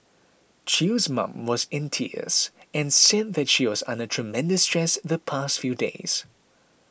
Chew's mum was in tears and said that she was under tremendous stress the past few days